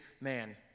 man